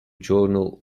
journal